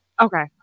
Okay